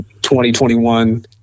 2021